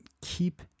keep